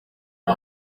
iyo